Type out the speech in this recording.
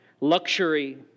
Luxury